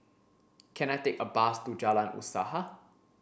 can I take a bus to Jalan Usaha